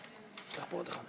שלוש דקות.